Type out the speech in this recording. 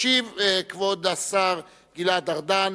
ישיב כבוד השר גלעד ארדן